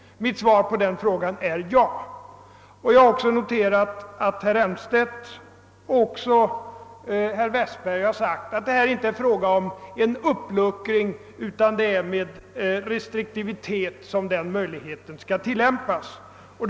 Mitt svar på den frågan är ja. Jag har också noterat att herr Elm stedt och herr Westberg har sagt att det inte är fråga om en uppluckring utan att den möjligheten skall användas restriktivt.